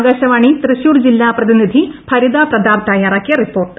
ആകാശവാണി തൃശ്ശൂർ ജില്ലാ പ്രതിനിധി ഭരിത പ്രതാപ് തയ്യാറാക്കിയ റിപ്പോർട്ട്